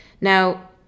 now